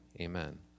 Amen